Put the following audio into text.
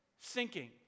sinking